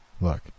Look